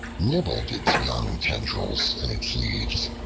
nibbled its young tendrils and its leaves.